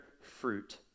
fruit